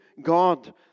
God